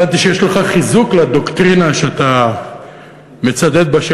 הבנתי שיש לך חיזוק לדוקטרינה שאתה מצדד בה,